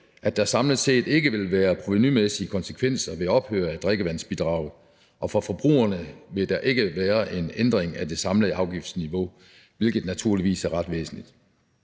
at der samlet set ikke vil være provenumæssige konsekvenser ved ophør af drikkevandsbidraget. For forbrugerne vil der ikke være en ændring af det samlede afgiftsniveau, hvilket naturligvis er ret væsentligt.